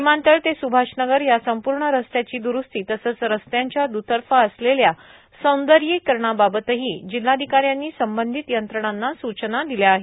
विमानतळ ते स्भाषनगर यासंपूर्ण रस्त्याची प्रुस्ती तसंच रस्त्यांच्या ्तर्फा असलेल्या सौ र्यीकरणाबाबतही जिल्हाधिकारी यांनी संबधीत यंत्रणाना सूचना पिल्यात